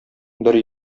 бер